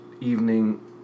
evening